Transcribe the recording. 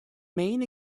main